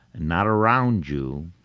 and not around you,